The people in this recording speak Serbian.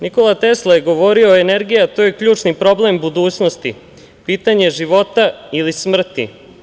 Nikola Tesla je govorio - energija, to je ključni problem budućnosti, pitanja života ili smrti.